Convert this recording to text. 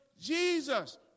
Jesus